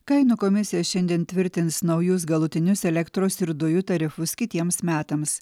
kainų komisija šiandien tvirtins naujus galutinius elektros ir dujų tarifus kitiems metams